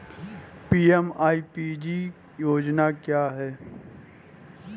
PMEPG योजना क्या है?